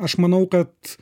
aš manau kad